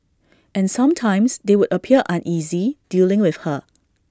and sometimes they would appear uneasy dealing with her